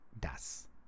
das